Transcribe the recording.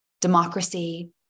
democracy